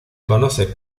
conoce